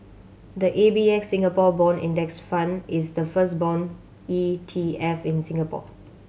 the A B F Singapore Bond Index Fund is the first bond E T F in Singapore